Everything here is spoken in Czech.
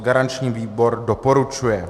Garanční výbor doporučuje.